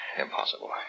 Impossible